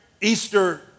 Easter